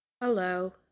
Hello